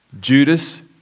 Judas